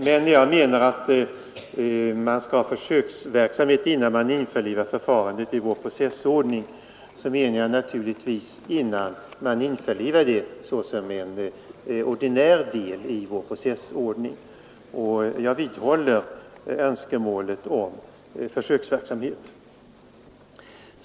Men när jag säger att man skall ha försöksverksamhet innan man införlivar förfarandet med vår processordning menar jag naturligtvis innan man införlivar det såsom en ordinär del i vår processordning, och jag vidhåller önskemålet om försöksverksamhet.